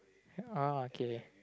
uh okay